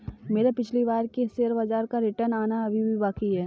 मेरा पिछली बार के शेयर बाजार का रिटर्न आना अभी भी बाकी है